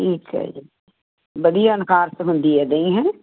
ਠੀਕ ਐ ਜੀ ਵਧੀਆ ਨਿਕਾਰਸ ਹੁੰਦੀ ਐ ਦਹੀਂ ਹੈਂ